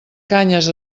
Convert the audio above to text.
canyes